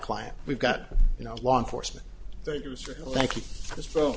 clients we've got you know law enforcement